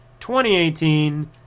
2018